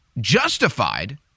justified